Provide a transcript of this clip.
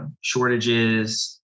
shortages